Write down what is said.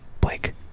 blake